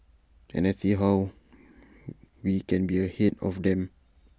and see how we can be ahead of them